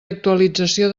actualització